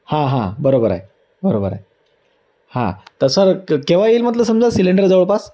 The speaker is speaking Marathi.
हां हां बरोबर आहे बरोबरय हां तर सर क केव्हा येईल म्हटलं समजा सिलेंडर जवळपास